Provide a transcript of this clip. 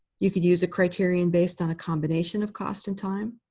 you could use a criterion based on a combination of cost and time.